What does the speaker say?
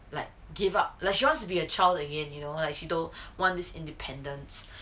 like give up like she wants to be a child again you know she don't want this independence who doesn't